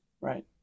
Right